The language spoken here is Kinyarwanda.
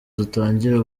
dutangire